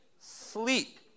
sleep